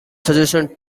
suggests